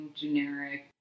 generic